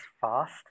fast